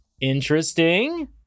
Interesting